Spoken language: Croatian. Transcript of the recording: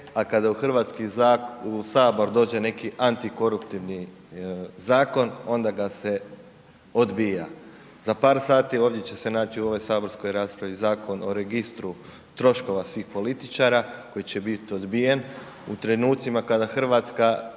Hrvatski sabor dođe neki antikoruptivni zakona, onda ga se odbija. Za par sati ovdje će se naći u ovoj saborskoj raspravi Zakon o registru troškova svih političara koji će biti odbijen u trenucima kada Hrvatska